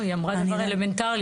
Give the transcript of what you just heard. היא אמרה דבר אלמנטרי.